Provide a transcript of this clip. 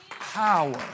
power